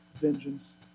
vengeance